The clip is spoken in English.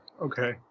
Okay